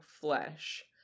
flesh